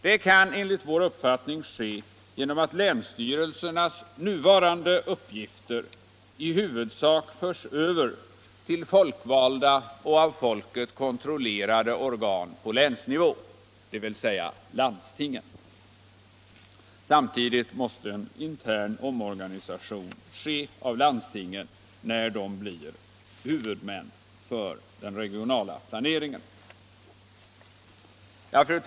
Det kan enligt vår uppfattning ske genom att länsstyrelsernas nuvarande uppgifter i huvudsak förs över till folkvalda och av folket kontrollerade organ på länsnivå, dvs. till landstingen. Samtidigt måste en intern omorganisation av landstingen ske när de blir huvudmän för den regionala planeringen.